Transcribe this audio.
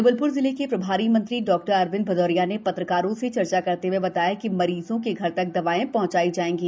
जबलप्र जिले के प्रभारी मंत्री डॉ अरविंद भदौरिया पत्रकारों से चर्चा करते हुए बताया कि मरीजों के घर तक दवाएं पहुंचाई जाएंगी